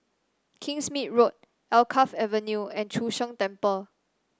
Kingsmead Road Alkaff Avenue and Chu Sheng Temple